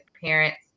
parents